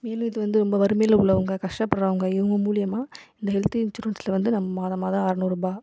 மேலும் இது வந்து ரொம்ப வறுமையில் உள்ளவங்கள் கஷ்டப்படுறவங்க இவங்க மூலயமா இந்த ஹெல்த்து இன்சூரன்ஸ்சில் வந்து நம் வந்து மாதம் மாதம் அறநூறுரூபா